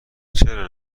چرا